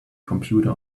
computer